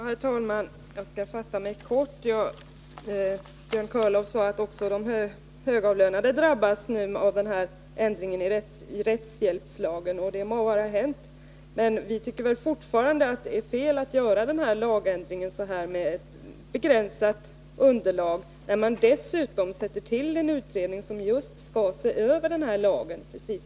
Herr talman! Jag skall fatta mig kort. Björn Körlof sade att också de högavlönade drabbas av den föreslagna ändringen i rättshjälpslagen, och det må vara riktigt. Men vi tycker fortfarande att det är fel att göra denna lagändring, med ett så begränsat underlag till förfogande, dessutom samtidigt som man tillsätter en utredning Nr 44 som skall se över den aktuella lagen.